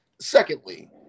Secondly